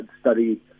study